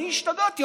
אני השתגעתי.